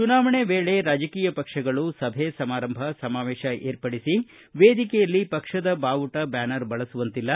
ಚುನಾವಣೆ ವೇಳೆ ರಾಜಕೀಯ ಪಕ್ಷಗಳು ಸಭೆ ಸಮಾರಂಭ ಸಮಾವೇಶ ಏರ್ಪಡಿಸಿ ವೇದಿಕೆಯಲ್ಲಿ ಪಕ್ಷದ ಬಾವುಟ ಬ್ದಾನರ್ ಬಳಸುವಂತಿಲ್ಲ